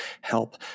help